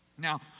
Now